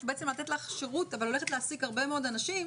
לתת לך שירות אבל הולכת להעסיק הרבה מאוד אנשים\